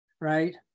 right